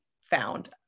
found